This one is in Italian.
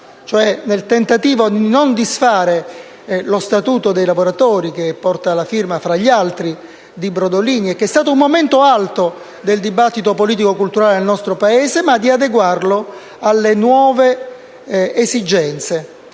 tentando di non disfare lo statuto dei lavoratori, che porta la firma, tra gli altri, di Brodolini e che è stato un momento alto del dibattito politico e culturale del nostro Paese, ma di adeguarlo alle nuove esigenze.